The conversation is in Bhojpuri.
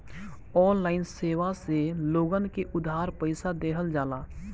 ऑनलाइन सेवा से लोगन के उधार पईसा देहल जाला